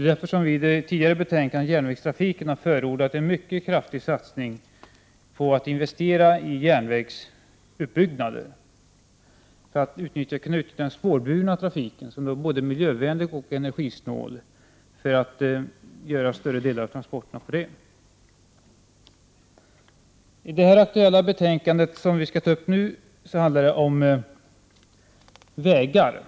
är därför som vi i det tidigare betänkandet, om järnvägstrafiken, har förordat en mycket kraftig satsning på investering i järnvägsutbyggnader för att man skall utnyttja den spårbundna trafiken, som är både miljövänlig och energisnål, till större delen av transporterna. I nu föreliggande betänkande handlar det om vägar.